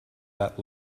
that